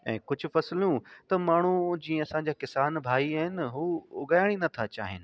ऐं कुझु फसिलूं त माण्हू जीअं असांजा किसान भाई आहिनि हू उगाइण ई नथा चाहीनि